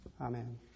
amen